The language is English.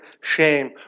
shame